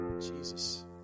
Jesus